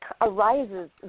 arises